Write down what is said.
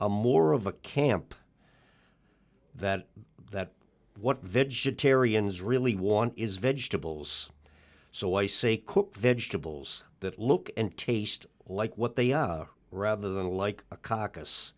more of a camp that that what vegetarians really want is vegetables so i say cook vegetables that look and taste like what they are rather than like a c